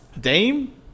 Dame